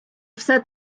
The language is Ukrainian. все